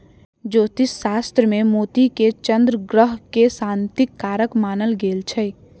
ज्योतिष शास्त्र मे मोती के चन्द्र ग्रह के शांतिक कारक मानल गेल छै